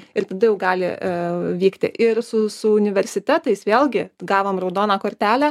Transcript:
ir tada jau gali a vykti ir su su universitetais vėlgi gavom raudoną kortelę